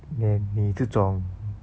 then 你这种